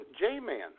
J-Man